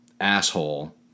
asshole